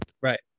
Right